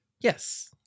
Yes